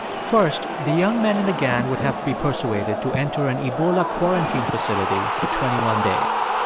first, the young men in the gang would have to be persuaded to enter an ebola quarantine facility for twenty one days.